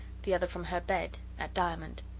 the other from her bed, at diamond.